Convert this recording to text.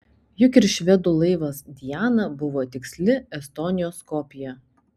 juk ir švedų laivas diana buvo tiksli estonijos kopija